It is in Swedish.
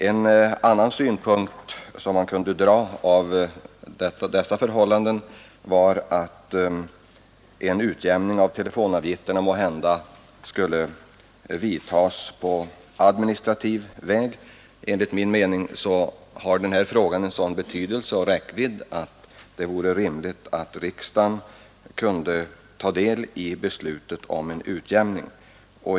En slutsats som man kunde dra av detta var att en utjämning av telefonavgifterna måhända skulle vidtas på administrativ väg. Enligt min mening har ärendet en sådan betydelse och räckvidd att det vore rimligt att riksdagen kunde få ta del i beslutet om en utjämning.